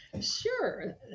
Sure